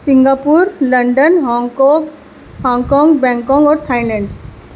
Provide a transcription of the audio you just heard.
Singapore London Hong کوگ Hong Kong Bangkok اور Thailand